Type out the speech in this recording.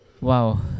Wow